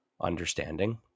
understanding